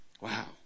Wow